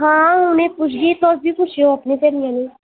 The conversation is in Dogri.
हां अ'ऊं उनें ई पुच्छगी तुस बी पुच्छेओ अपनियें स्हेलियें लेई